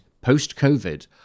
post-COVID